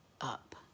up